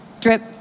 drip